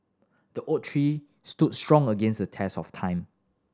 the oak tree stood strong against the test of time